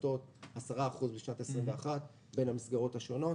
ההסטות 10% בשנת 21 בין המסגרות השונות